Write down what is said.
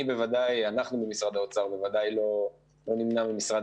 אנחנו במשרד האוצר בוודאי לא נמנע ממשרד